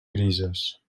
grises